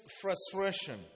frustration